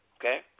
okay